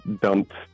dumped